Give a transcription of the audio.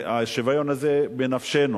והשוויון הזה בנפשנו.